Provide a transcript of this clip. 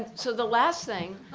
so, the last thing,